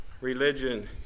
religion